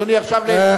אדוני, עכשיו לעניין.